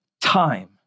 time